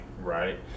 right